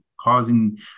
causing